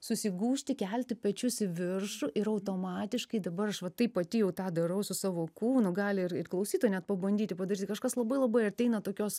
susigūžti kelti pečius į viršų ir automatiškai dabar aš va tai pati jau tą darau su savo kūnu gali ir ir klausytojai net pabandyti padaryti kažkas labai labai ateina tokios